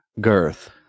girth